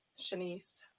Shanice